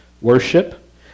worship